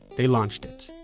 they launched it.